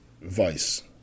vice